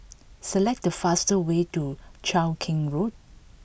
select the fastest way to Cheow Keng Road